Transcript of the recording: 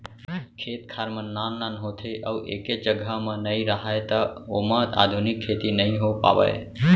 खेत खार मन नान नान होथे अउ एके जघा म नइ राहय त ओमा आधुनिक खेती नइ हो पावय